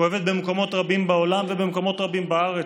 כואבת במקומות רבים בעולם ובמקומות רבים בארץ.